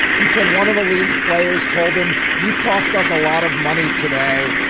he said one of the league's players told him, you cost us a lot of money today.